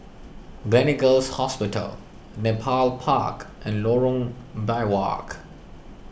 Gleneagles Hospital Nepal Park and Lorong Biawak